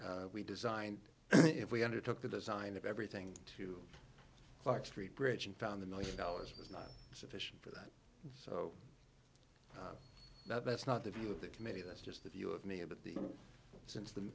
if we designed if we undertook the design of everything to like street bridge and found the one million dollars was not sufficient for that so that's not the view of the committee that's just the view of me but the since the